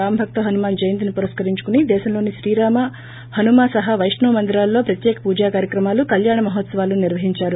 రామభక్త హనుమాన్ జయంతిని పురస్కరించుకోని దేశంలోని శ్రీరామ హనుమ సహా వైష్ణవ మందిరాల్లో ప్రత్యేక పూజా కార్యక్రమాలు కళ్యాణ మహోత్సవాలు నిర్వహించారు